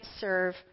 serve